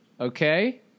Okay